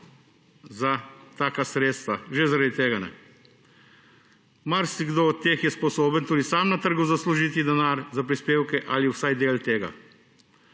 do takih sredstev, že zaradi tega ne. Marsikdo od teh je sposoben tudi sam na trgu zaslužiti denar za prispevke ali vsaj del tega.